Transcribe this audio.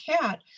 cat